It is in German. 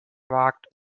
wagt